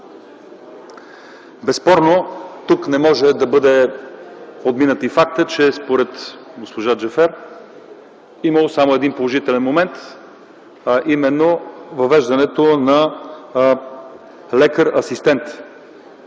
Безспорно тук не може да бъде подминат и фактът, че според госпожа Джафер имало само един положителен момент, а именно въвеждането на лекар-асистент.